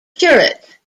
curate